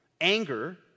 Anger